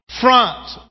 Front